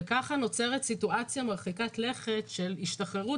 וככה נוצרת סיטואציה מרחיקת לכת של השתחררות